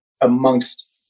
amongst